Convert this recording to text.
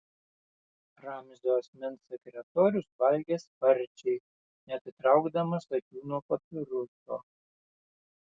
ramzio asmens sekretorius valgė sparčiai neatitraukdamas akių nuo papiruso